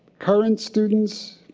current students,